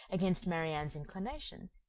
against marianne's inclination,